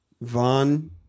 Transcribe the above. Vaughn